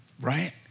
right